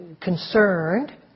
concerned